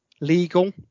legal